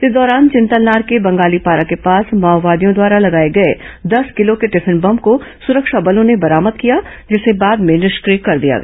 इस दौरान विंतलनार के बंगाली पारा के पास माओवादियों द्वारा लगाए गए दस किलो के टिफिन बम को सुरक्षा बलों ने बरामद किया जिसे बाद में निष्क्रिय कर दिया गया